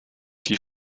die